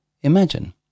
Imagine